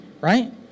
right